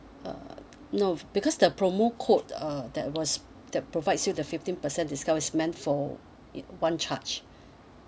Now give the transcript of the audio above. uh no because the promo code uh that was that provides you the fifteen per cent discount is meant for uh one charge